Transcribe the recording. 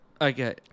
Okay